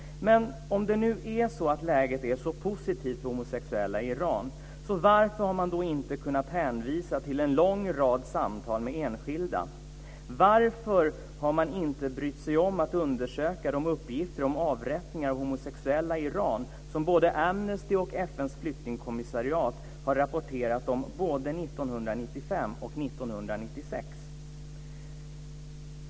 Men om det nu är så att läget är så positivt för homosexuella i Iran, varför har man då inte kunnat hänvisa till en lång rad samtal med enskilda? Varför har man inte brytt sig om att undersöka de uppgifter om avrättningar av homosexuella i Iran som både Amnesty och FN:s flyktingkommissariat har rapporterat om både 1995 och 1996?